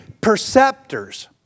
perceptors